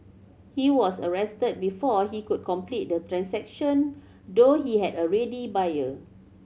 he was arrested before he could complete the transaction though he had a ready buyer